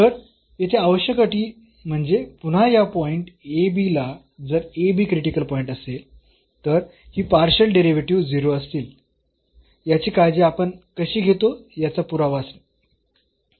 तर येथे आवश्यक अटी म्हणजे पुन्हा या पॉईंट a b ला जर a b क्रिटिकल पॉईंट असेल तर ही पार्शियल डेरिव्हेटिव्हस् 0 असतील याची काळजी आपण कशी घेतो याचा पुरावा असणे